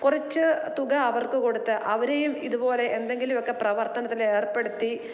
കുറച്ച് തുക അവർക്ക് കൊടുത്ത് അവരേയും ഇതുപോലെ എന്തെങ്ങിലുവൊക്കെ പ്രവർത്തനത്തിലേർപ്പെടുത്തി